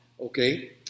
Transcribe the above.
Okay